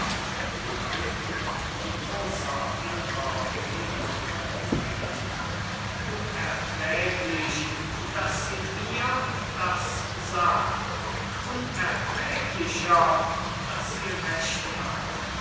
lady in großer innrer bewegung herumgehend unerträglich daß sie mir das sagt unerträglicher daß sie recht hat